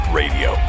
radio